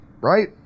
right